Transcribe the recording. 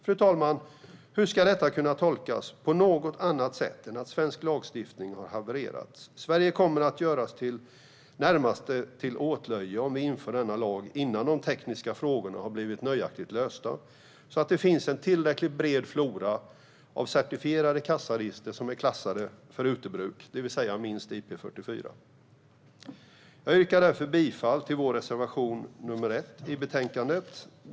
Fru talman! Hur ska detta kunna tolkas på något annat sätt än att svensk lagstiftning har havererat? Sverige kommer närmast att göras till åtlöje om vi inför denna lag innan de tekniska frågorna har blivit nöjaktigt lösta så att det finns en tillräckligt bred flora av certifierade kassaregister som är klassade för utomhusbruk, det vill säga minst IP44. Jag yrkar därför bifall till vår reservation, nr 1, i betänkandet.